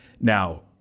Now